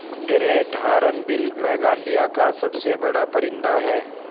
great hornbill Meghalaya کا سب سے بڑا پرندہ ہے